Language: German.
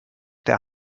der